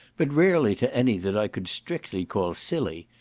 but rarely to any that i could strictly call silly,